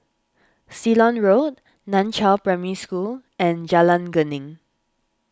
Ceylon Road Nan Chiau Primary School and Jalan Geneng